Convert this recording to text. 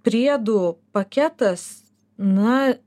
priedų paketas na